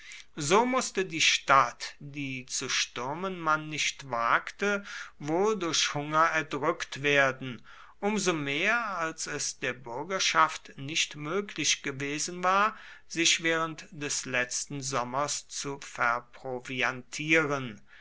so mußte die stadt die zu stürmen man nicht wagte wohl durch hunger erdrückt werden um so mehr als es der bürgerschaft nicht möglich gewesen war sich während des letzten sommers zu